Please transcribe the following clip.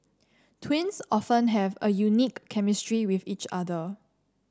twins often have a unique chemistry with each other